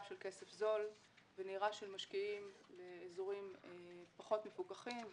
של כסף זול ונהירה של משקיעים לאזורים פחות מפוקחים,